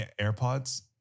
AirPods